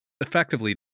effectively